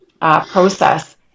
process